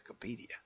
Wikipedia